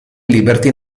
liberty